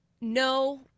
No